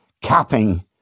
capping